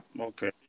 Okay